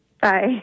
Bye